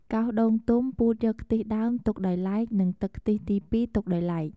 កោសដូងទុំពូតយកខ្ទិះដើមទុកដោយឡែក និងទឹកខ្ទិះទី២ ទុកដោយឡែក។